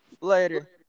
Later